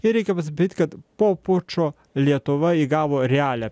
ir reikia pastebėt kad po pučo lietuva įgavo realią